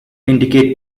indicate